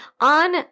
on